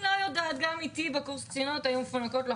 גם אתי בקורס קצינות היו מפונקות שלא